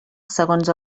segons